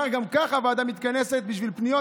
כשמחר גם כך הוועדה מתכנסת בשביל פניות,